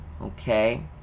Okay